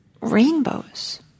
rainbows